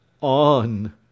On